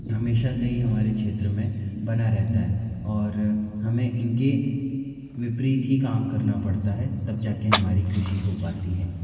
हमेशा से ही हमारे क्षेत्र में बना ही रहता है और हमें इनके विपरीत ही काम करना पड़ता है तब जा कर हमारी कृषि हो पाती है